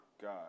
God